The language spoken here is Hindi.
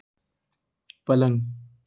पलंग